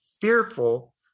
fearful